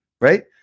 right